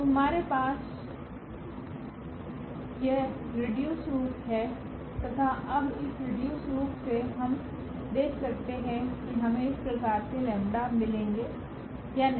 तो हमारे पास यह रिड्यूस रूप है तथा अब इस रिड्यूस रूप से हम देख सकते है की हमे इस प्रकार के लेम्डा 𝜆 मिलेगे या नहीं